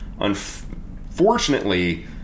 Unfortunately